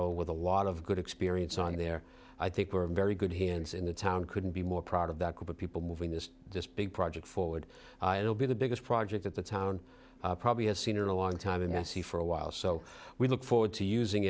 alo with a lot of good experience on there i think were very good hands in the town couldn't be more proud of that group of people moving this this big project forward it'll be the biggest project at the time and probably has seen in a long time in s c for a while so we look forward to using